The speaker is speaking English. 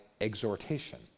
exhortation